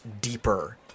deeper